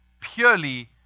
purely